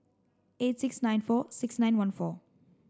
eight six nine four six nine one four